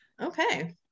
okay